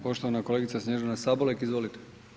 Poštovana kolegice Snježana Sabolek, izvolite.